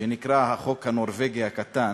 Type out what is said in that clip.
שנקרא "החוק הנורבגי הקטן",